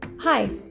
Hi